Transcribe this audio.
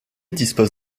dispose